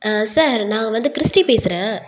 sir நான் வந்து Christy பேசுகிறேன்